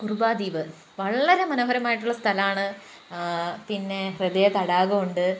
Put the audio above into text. കുറുവാ ദ്വീപ് വളരെ മനോഹരമായിട്ടുള്ള സ്ഥലാണ് പിന്നെ പ്രത്യേക തടാകമുണ്ട്